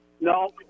No